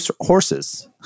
horses